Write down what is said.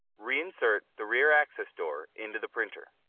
re-insert the rear access door into the printer.